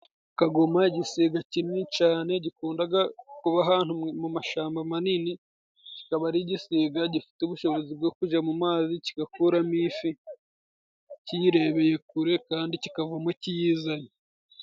Kagoma igisiga kinini cane, gikundaga kuba ahantu mu mashamba manini. Kikaba ari igisiga gifite ubushobozi bwo kuja mu mazi, kigakuramo ifi kiyirebeye kure kandi kikavamo kiyizanye.